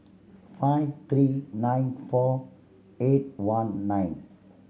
five three nine four eight one nine